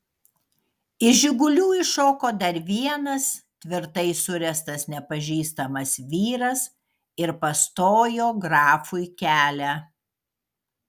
iš žigulių iššoko dar vienas tvirtai suręstas nepažįstamas vyras ir pastojo grafui kelią